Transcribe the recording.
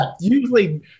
usually